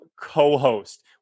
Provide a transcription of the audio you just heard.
co-host